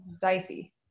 dicey